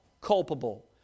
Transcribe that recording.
culpable